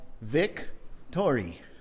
Victory